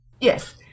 Yes